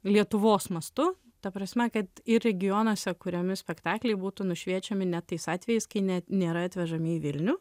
lietuvos mastu ta prasme kad ir regionuose kuriami spektakliai būtų nušviečiami net tais atvejais kai net nėra atvežami į vilnių